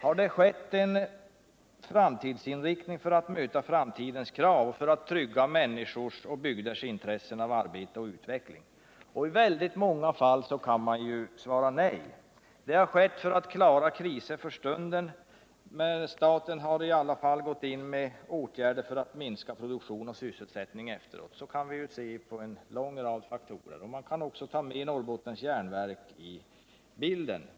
Har det skett en framtidsinriktning för att möta framtidens krav och för att trygga människors och bygders intresse av arbete och utveckling? I väldigt många fall kan man svara nej. Övertagandet har skett för att man skulle klara krisen för stunden. Men staten har i alla fall efteråt gått in med åtgärder för att minska produktion och sysselsättning. Så kan man se på det hela om man tar hänsyr. till en lång rad faktorer. Man kan också ta med Norrbottens Jernverk i bilden.